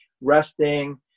resting